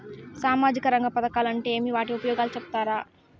సామాజిక రంగ పథకాలు అంటే ఏమి? వాటి ఉపయోగాలు సెప్తారా?